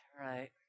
right